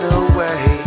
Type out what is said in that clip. away